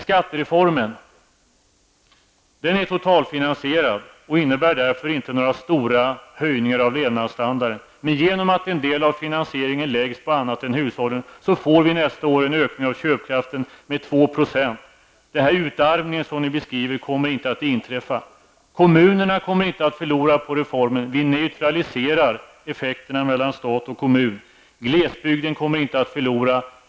Skattereformen är totalfinansierad och innebär därför inte några stora höjningar av levnadsstandarden. Genom att en del av finansieringen läggs på annat än hushållen blir det en ökning nästa år av köpkraften med 2 %. Den utarmning som ni beskriver kommer inte att inträffa. Kommunerna förlorar inte på reformen. Effekterna mellan stat och kommun neutraliseras. Glesbygden kommer inte att förlora.